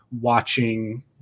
watching